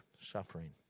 suffering